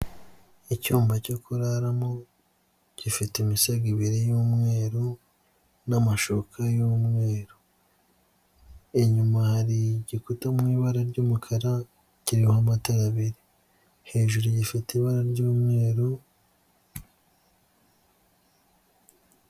Icyumba cyo kuraramo gifite imisego ibiri y'umweru n'amashuka y'umweru, inyuma hari igikuta mu ibara ry'umukara kiriho amatara abiri, hejuru gifite ibara ry'umweru.